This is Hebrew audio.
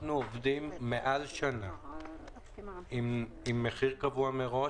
אנחנו עובדים מעל שנה עם מחיר קבוע מראש.